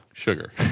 Sugar